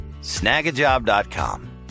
Snagajob.com